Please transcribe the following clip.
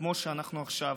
כמו שאנחנו עכשיו,